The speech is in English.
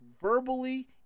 verbally